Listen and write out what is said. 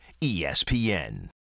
ESPN